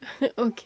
okay